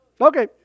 okay